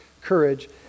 courage